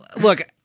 look